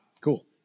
Cool